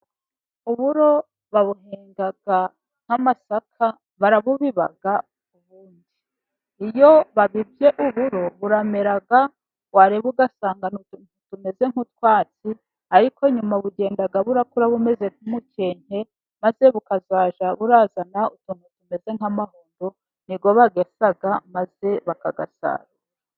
Uburo babuhinga nk'amasaka barabubiba, ubundi iyo babibye uburo buramera wareba ugasanga ni utuntu tugiye tumeze nk'utwatsi, ariko nyuma bugenda burakura bumeze nk'umukenke maze bukazajya buzana utuntu tumeze nk'amahundo, n'iyo bagesa maze bakayasarura.